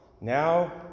now